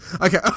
Okay